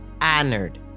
Honored